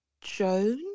Jones